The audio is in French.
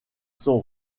sont